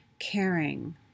caring